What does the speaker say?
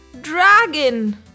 dragon